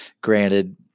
granted